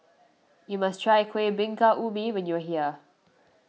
you must try Kueh Bingka Ubi when you are here